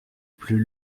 plus